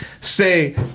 say